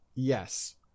Yes